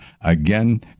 Again